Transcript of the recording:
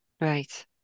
Right